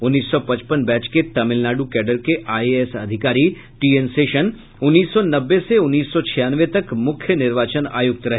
उन्नीस सौ पचपन बैच के तमिलनाडु कैडर के आई ए एस अधिकारी टी एन शेषन उन्नीस सौ नब्बे से उन्नीस सौ छियानवे तक मुख्य निर्वाचन आयुक्त रहे